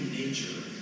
nature